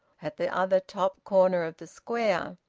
at the other top corner of the square.